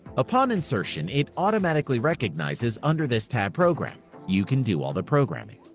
upon insertion it automatically recognizes under this tab program, you can do all the programming.